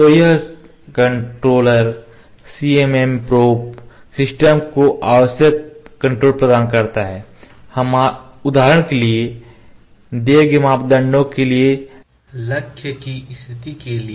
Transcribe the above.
तो यह controller CMM जांच प्रणाली को आवश्यक कंट्रोल प्रदान करता है उदाहरण के लिए दिए गए मापदंडों के लिए लक्ष्य की स्थिति के लिए